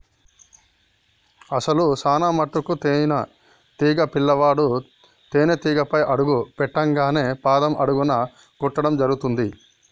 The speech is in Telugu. అసలు చానా మటుకు తేనీటీగ పిల్లవాడు తేనేటీగపై అడుగు పెట్టింగానే పాదం అడుగున కుట్టడం జరుగుతుంది